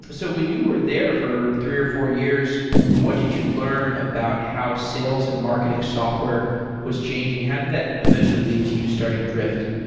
so when you were there for three or four years, what did you learn about how sales and marketing software was changing? how did that eventually lead to you starting drift?